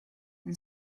and